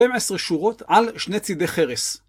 15 שורות על שני צידי חרס.